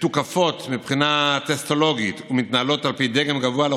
מתוקפות מבחינה טסטולוגית ומתנהלות על פי דגם קבוע.